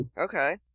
Okay